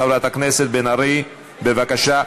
חברת הכנסת בן ארי, בבקשה.